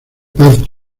paz